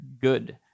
Good